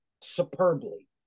superbly